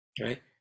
right